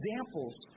examples